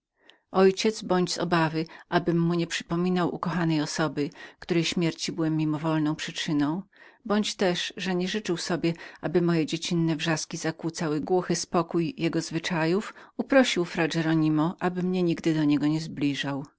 ojciec bądź z obawy abym mu nieprzypomniał ukochanej osoby której śmierci byłem mimowolną przyczyną bądź też że nie życzył sobie aby moje dziecinne wrzaski zakłócały głuchy spokój jego zwyczajów uprosił fra heronimo aby mnie nigdy do niego nie zbliżał